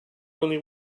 only